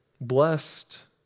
Blessed